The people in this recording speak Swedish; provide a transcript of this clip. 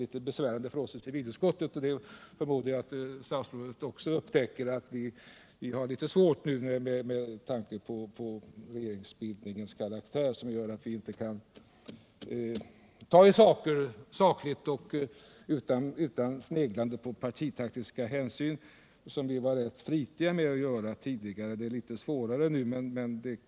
Regeringsbildningens karaktär gör det numera svårt för oss att behandla frågor sakligt och utan sneglande på partitaktiska hänsyn, vilket vi tidigare flitigt gjorde.